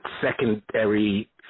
secondary